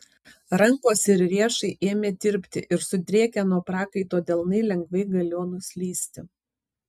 rankos ir riešai ėmė tirpti ir sudrėkę nuo prakaito delnai lengvai galėjo nuslysti